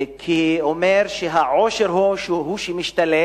כי הוא אומר שהעושר הוא שמשתלם,